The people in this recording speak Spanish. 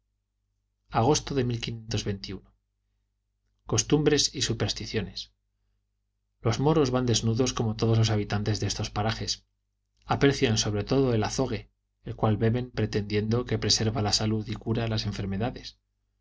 y supersticiones los moros van desnudos como todos los habitantes de estos parajes aprecian sobre todo el azogue el cual beben pretendiendo que preserva la salud y cura las enfermedades